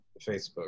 Facebook